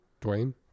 Dwayne